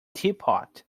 teapot